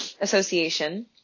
Association